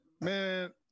Man